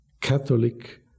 Catholic